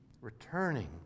returning